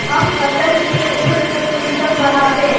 हम फसल के तेज से कुंसम बढ़बे?